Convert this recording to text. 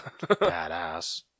Badass